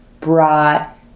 brought